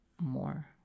more